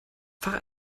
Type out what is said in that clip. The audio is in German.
fahre